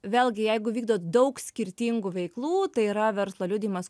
vėlgi jeigu vykdot daug skirtingų veiklų tai yra verslo liudijimas